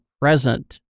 present